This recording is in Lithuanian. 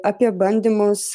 apie bandymus